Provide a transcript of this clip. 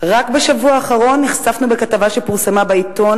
רק בשבוע האחרון נחשפנו בכתבה שפורסמה בעיתון